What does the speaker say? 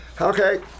Okay